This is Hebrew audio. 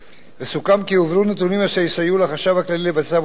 וסוכם כי יועברו נתונים אשר יסייעו לחשב הכללי לבצע את עבודתו,